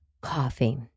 Coffee